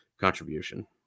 contribution